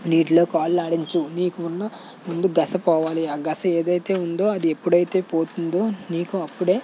నీటిలో కాళ్ళు ఆడించు నీకు ఉన్న ముందు గస పోవాలి ఆ గస ఏదైతే ఉందో అది ఎప్పుడయితే పోతుందో నీకు అప్పుడే